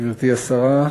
תודה, גברתי השרה,